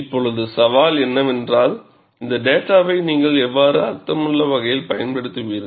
இப்போது சவால் என்னவென்றால் இந்தத் டேட்டாவை நீங்கள் எவ்வாறு அர்த்தமுள்ள வகையில் பயன்படுத்துவீர்கள்